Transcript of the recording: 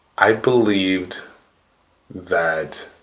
i believed that